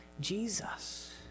Jesus